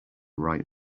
right